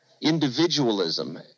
Individualism